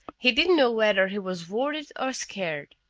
he didn't know whether he was worried or scared.